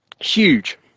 huge